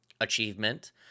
achievement